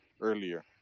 earlier